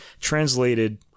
translated